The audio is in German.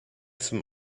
zum